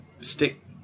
stick